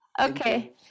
Okay